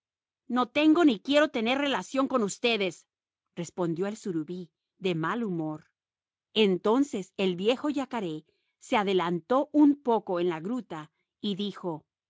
no tengo ni quiero tener relación con ustedes respondió el surubí de mal humor entonces el viejo yacaré se adelantó un poco en la gruta y dijo